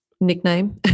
nickname